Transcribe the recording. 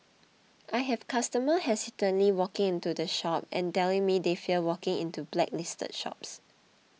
I have customers hesitantly walking into the shop and telling me they fear walking into the blacklisted shops